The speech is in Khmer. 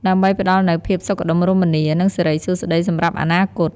ដើម្បីផ្តល់នូវភាពសុខដុមរមនា និងសិរីសួស្តីសម្រាប់អនាគត។